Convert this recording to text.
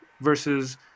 versus